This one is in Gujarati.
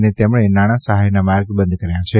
અને તેમને નાણાં સહાયના માર્ગ બંધ કર્યા છે